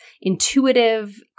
intuitive